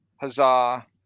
Huzzah